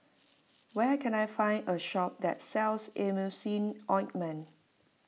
where can I find a shop that sells Emulsying Ointment